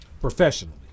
Professionally